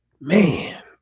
Man